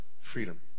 freedom